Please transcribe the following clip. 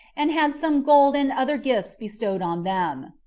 and had some gold and other gifts bestowed on them.